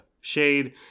shade